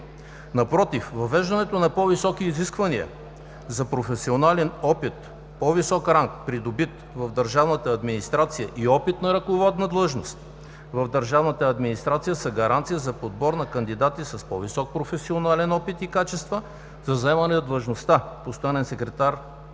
Напротив, въвеждането на по-високи изисквания за професионален опит, по-висок ранг, придобит в държавната администрация, и опит на ръководна длъжност в държавната администрация, са гаранция за подбор на кандидати с по-висок професионален опит и качества за заемане на длъжността „Постоянен секретар